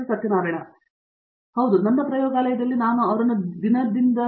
Satyanarayana N Gummadi ನನ್ನ ಪ್ರಯೋಗಾಲಯದಲ್ಲಿ ನಾನು ಅವರನ್ನು ದೈನಂದಿನ ಭೇಟಿ ಮಾಡುತ್ತೇನೆ